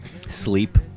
Sleep